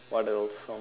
what else um